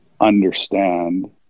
understand